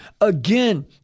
Again